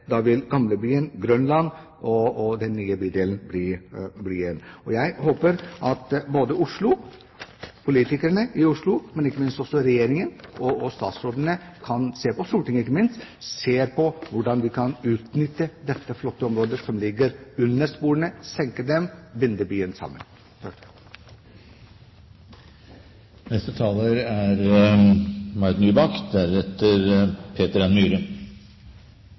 Da vil Gamlebyen, Grønland og den nye bydelen bli ett. Jeg håper at politikerne i Oslo, Regjeringen og statsrådene – og Stortinget, ikke minst – vil se på hvordan vi kan utnytte det flotte området som ligger under sporene, senke sporene og binde byen sammen. Representanten Michael Tetzschner stilte spørsmål ved hvorvidt det var interessant å ha en interpellasjonsdebatt om Bjørvika. Til det vil jeg svare: Ja, det er